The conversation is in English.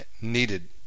needed